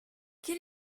quel